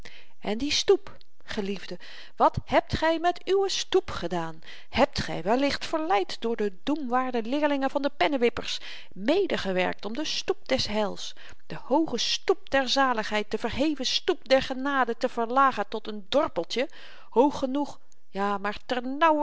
en die stoep geliefden wat hebt gy met uwe stoep gedaan hebt gy wellicht verleid door de doemwaarde leeringen van de pennewippers medegewerkt om de stoep des heils de hooge stoep der zaligheid de verheven stoep der genade te verlagen tot n dorpeltje hoog genoeg ja maar